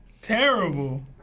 Terrible